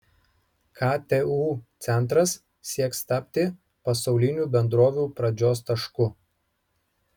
ktu centras sieks tapti pasaulinių bendrovių pradžios tašku